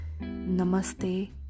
Namaste